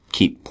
keep